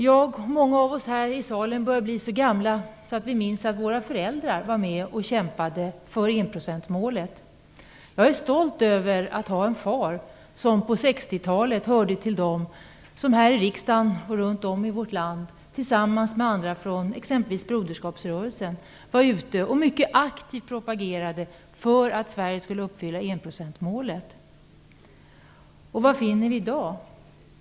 Jag och många andra här i salen börjar bli så gamla att vi kan minnas att våra föräldrar var med och kämpade för enprocentsmålet. Jag är stolt över att ha en far som på 60-talet hörde till dem som här i riksdagen och runt om i vårt land tillsammans med andra, exempelvis från Broderskapsrörelsen, var ute och mycket aktivt propagerade för att Sverige skulle uppfylla enprocentsmålet. Vad finner vi i dag?